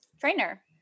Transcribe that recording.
trainer